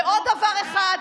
ועוד דבר אחד,